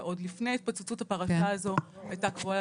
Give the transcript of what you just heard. ועוד לפני התפוצצות הפרשה הזאת הייתה קבועה